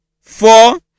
Four